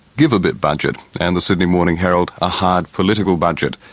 give a bit budget. and the sydney morning herald, a hard political budget.